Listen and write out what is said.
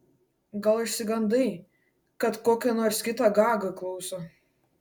gal išsigandai kad kokia nors kita gaga klauso